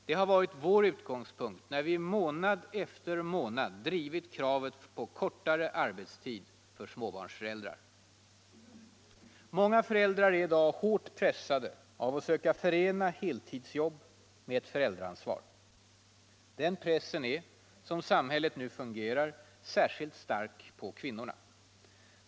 Det har varit vår utgångspunkt när vi månad efter månad drivit kravet på kortare arbetstid för småbarnsföräldrar. Många föräldrar är i dag hårt pressade av att söka förena heltidsjobb med föräldraansvar. Den pressen är, som samhället nu fungerar, särskilt stark på kvinnorna.